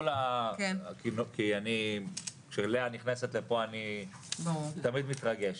כי כשלאה נכנסת לפה אני תמיד מתרגש.